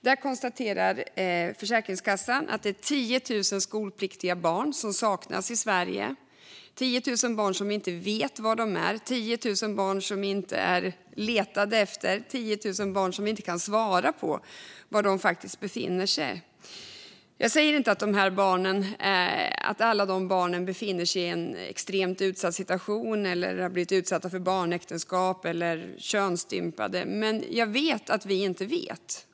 I rapporten konstateras att det är 10 000 skolpliktiga barn som saknas i Sverige - 10 000 barn som vi inte vet var de är, 10 000 barn som ingen letar efter, 10 000 barn som inte kan svara på var de faktiskt befinner sig. Jag säger inte att alla dessa barn befinner sig i en extremt utsatt situation och har blivit utsatta för barnäktenskap eller könsstympning. Men jag vet att vi inte vet.